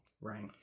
Right